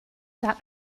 that